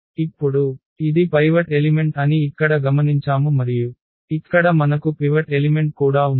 మరియు ఇప్పుడు ఇది పైవట్ ఎలిమెంట్ అని ఇక్కడ గమనించాము మరియు ఇక్కడ మనకు పివట్ ఎలిమెంట్ కూడా ఉంది